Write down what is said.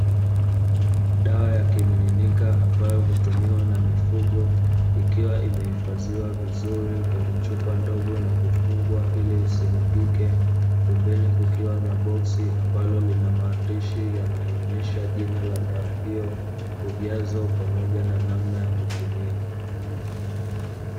Dawa ya kimiminika ambayo hutumiwa na mifugo, ikiwa imehifadhiwa vizuri kwenye chupa ndogo na kufungwa ili isimwagike. Pembeni kukiwa na boksi ambalo lina maandishi yanayoonesha jina la dawa hiyo, ujazo pamoja na namna ya kutumia.